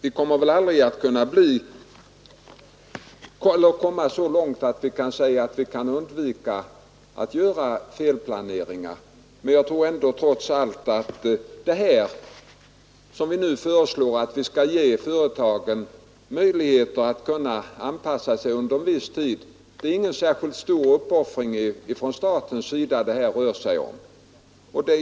Vi kan väl aldrig komma så långt att vi helt undgår felplaneringar. Den möjlighet vi nu ger företagen att under en viss tid anpassa sig innebär ingen stor uppoffring för staten.